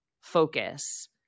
focus